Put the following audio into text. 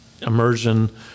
immersion